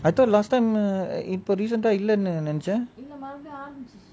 I thought last time ah இப்போ:ippo recent ah இல்லனு நினைச்சேன்:illanu ninaichaen